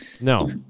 no